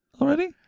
already